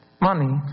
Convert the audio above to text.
Money